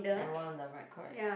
and one on the right correct